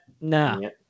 No